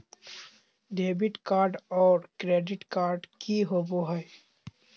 Debit card और credit card की होवे हय?